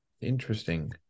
interesting